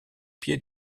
pied